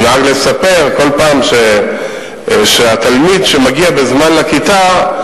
והוא נהג לספר כל פעם שהתלמיד שמגיע בזמן לכיתה,